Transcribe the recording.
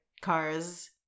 cars